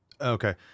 Okay